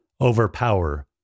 overpower